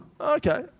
okay